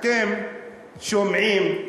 אתם שומעים,